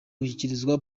gushyikirizwa